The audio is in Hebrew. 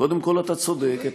קודם כול, אתה צודק.